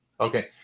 Okay